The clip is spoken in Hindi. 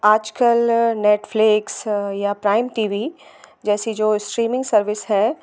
आजकल नेटफ्लिक्स या प्राइम टी वी जैसी जो स्ट्रीमिंग सर्विस है